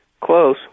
Close